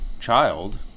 child